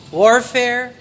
warfare